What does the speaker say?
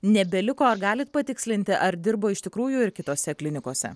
nebeliko ar galit patikslinti ar dirbo iš tikrųjų ir kitose klinikose